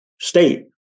state